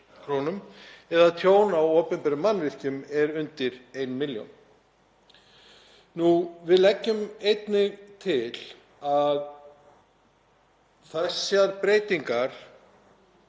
eða tjón á opinberum mannvirkjum er undir 1 millj. kr. Við leggjum einnig til að þessar breytingar